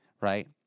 right